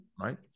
Right